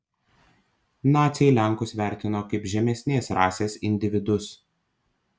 naciai lenkus vertino kaip žemesnės rasės individus